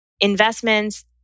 investments